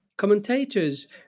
Commentators